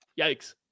yikes